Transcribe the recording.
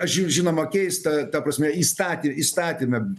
ži žinoma keista ta prasme įstaty įstatyme